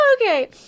Okay